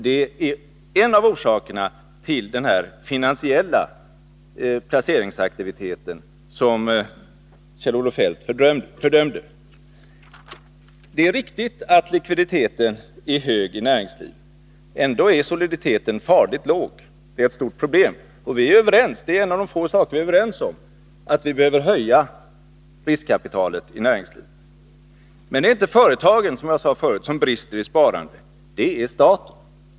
Det är en av orsakerna till den finansiella placeringsaktivitet Nr 70 under senare år som Kjell-Olof Feldt fördömde. Onsdagen den Det är riktigt att likviditeten är hög i näringslivet. Ändå är soliditeten 3 februari 1982 farligt låg— det är ett stort problem. Vi är överens om — det är en av de få saker Kjell-Olof Feldt och jag är överens om -— att vi behöver öka riskkapitalet i Allmänpolitisk näringslivet. Men det är, som jag sade förut, inte företagen som brister i debatt sparande, utan det är staten.